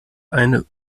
eine